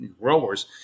growers